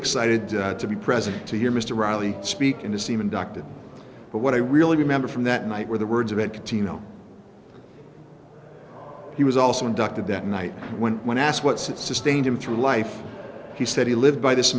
excited to be present to hear mr riley speak in a scene inducted but what i really remember from that night were the words of it to tina he was also inducted that night when when asked what sustained him through life he said he lived by this